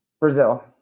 Brazil